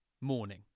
Morning